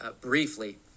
briefly